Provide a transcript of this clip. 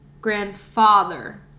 grandfather